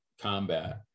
combat